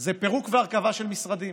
זה פירוק והרכבה של משרדים?